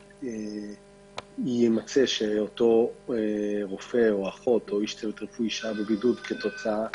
בהינתן שיימצא איש צוות רפואי שהיה בבידוד כתוצאה